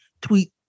tweet